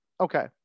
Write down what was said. okay